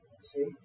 see